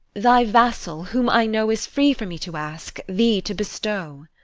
thy vassal, whom i know is free for me to ask, thee to bestow.